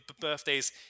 birthdays